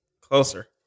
closer